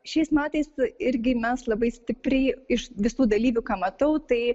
šiais metais irgi mes labai stipriai iš visų dalyvių ką matau tai